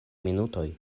minutoj